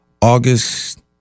August